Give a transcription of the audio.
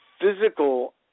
physical